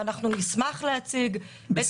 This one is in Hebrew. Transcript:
ואנחנו נשמח -- טוב.